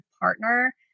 partner